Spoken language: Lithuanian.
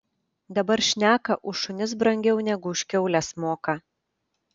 dabar šneka už šunis brangiau negu už kiaules moka